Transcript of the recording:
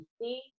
see